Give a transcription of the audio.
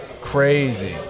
Crazy